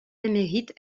émérite